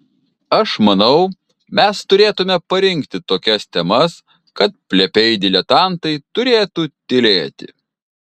aš manau mes turėtumėme parinkti tokias temas kad plepiai diletantai turėtų tylėti